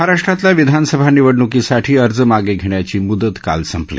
महाराष्ट्रातल्या विधानसभा निवडण्कीसाठी अर्ज मागे घेण्याची मुदत काल संपली